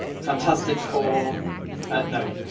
fantastic four ah, no.